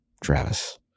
Travis